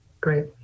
Great